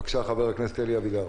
בבקשה, חבר הכנסת אלי אבידר.